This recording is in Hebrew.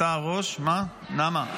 נעמה?